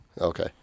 Okay